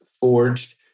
forged